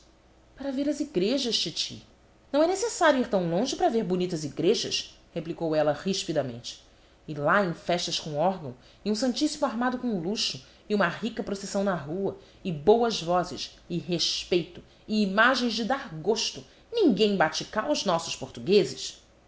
para ver as igrejas titi não é necessário ir tão longe para ver bonitas igrejas replicou ela rispidamente e lá em festas com órgão e um santíssimo armado com luxo e uma rica procissão na rua e boas vozes e respeito imagens de dar gosto ninguém bate cá os nossos portugueses